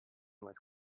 was